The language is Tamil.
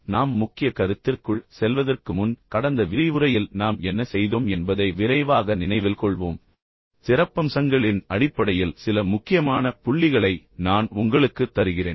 நாம் உண்மையில் முக்கிய கருத்திற்குள் செல்வதற்கு முன் கடந்த விரிவுரையில் நாம் என்ன செய்தோம் என்பதை விரைவாக நினைவில் கொள்வோம் பின்னர் சிறப்பம்சங்களின் அடிப்படையில் சில முக்கியமான புள்ளிகளை நான் உங்களுக்கு தருகிறேன்